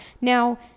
Now